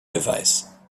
device